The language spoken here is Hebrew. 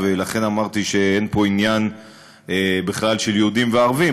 לכן אמרתי שאין פה עניין בכלל של יהודים וערבים,